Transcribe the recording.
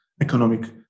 economic